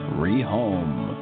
rehome